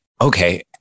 okay